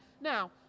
Now